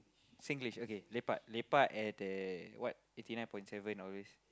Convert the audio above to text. Singlish okay lepak lepak at the what eighty nine point seven always